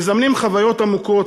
מזמנים חוויות עמוקות,